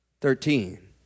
Thirteen